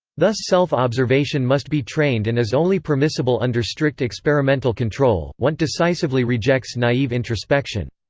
thus self-observation must be trained and is only permissible under strict experimental control wundt decisively rejects naive introspection.